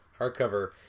hardcover